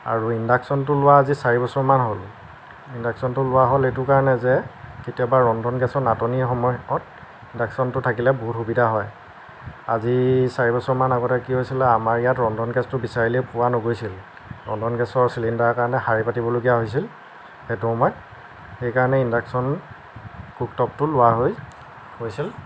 আৰু ইণ্ডাকচনটো লোৱা আজি চাৰিবছৰমান হ'ল ইণ্ডাকচনটো লোৱা হ'ল এইটো কৰণেই যে কেতিয়াবা ৰন্ধন গেছৰ নাটনিৰ সময়ত ইণ্ডাকচনটো থাকিলে বহুত সুবিধা হয় আজি চাৰি বছৰমান আগতে কি হৈছিল আমাৰ ইয়াত ৰন্ধন গেছটো বিছাৰিলেই পোৱা নগৈছিল ৰন্ধন গেছৰ চিলিণ্ডাৰৰ কাৰণে শাৰী পাতিবলগীয়া হৈছিল সেইটো সময়ত সেই কাৰণে ইণ্ডাকচন কুক টপটো লোৱা হৈ হৈছিল